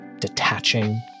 detaching